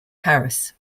paris